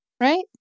right